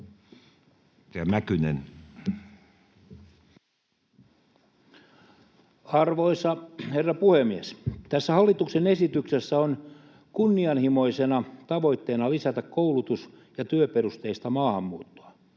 Arvoisa herra puhemies! Tässä hallituksen esityksessä on kunnianhimoisena tavoitteena lisätä koulutus- ja työperusteista maahanmuuttoa.